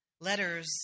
Letters